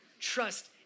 trust